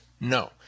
No